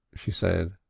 she said.